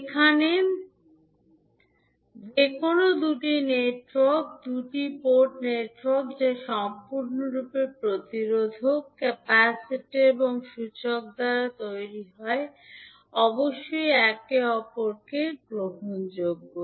এখন যে কোনও দুটি নেটওয়ার্ক দুটি পোর্ট নেটওয়ার্ক যা সম্পূর্ণরূপে প্রতিরোধক ক্যাপাসিটার এবং সূচক দ্বারা তৈরি হয় অবশ্যই একে অপরকে অবশ্যই গ্রহণযোগ্য